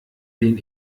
den